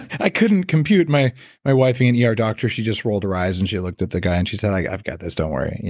i couldn't compute. my my wife being an e r. doctor she just rolled her eyes and she looked at the guy and she said, i've got this, don't worry.